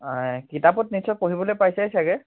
কিতাপত নিশ্চয় পঢ়িবলৈ পাইছাই ছাগে